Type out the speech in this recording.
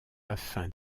afin